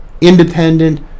independent